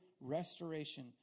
restoration